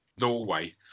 Norway